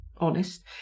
honest